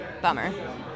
bummer